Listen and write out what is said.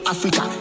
Africa